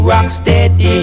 Rocksteady